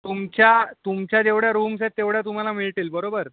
तुमच्या तुमच्या जेवढ्या रूम्स आहेत तेवढ्या तुम्हाला मिळतील बरोबर